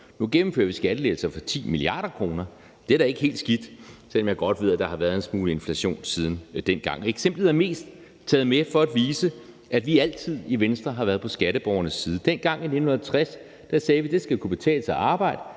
Nu gennemfører vi skattelettelser for 10 mia. kr. Det er da ikke helt skidt, selv om jeg godt ved, at der har været en smule inflation siden dengang. Eksemplet er mest taget med for at vise, at vi altid i Venstre har været på skatteborgernes side. Dengang i 1960 sagde vi, at det skal kunne betale sig at arbejde,